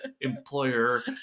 Employer